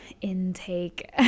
intake